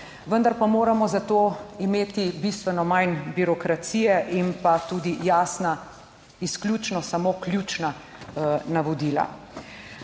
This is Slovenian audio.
Vendar pa moramo za to imeti bistveno manj birokracije in pa tudi jasna, izključno samo ključna navodila.